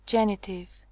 Genitive